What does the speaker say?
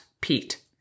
Pete